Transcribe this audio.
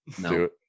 No